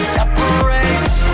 Separates